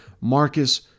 Marcus